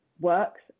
works